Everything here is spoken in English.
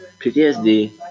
PTSD